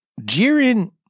Jiren